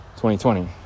2020